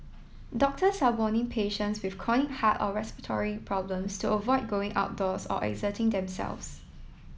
doctors are warning patients with chronic heart or respiratory problems to avoid going outdoors or exerting themselves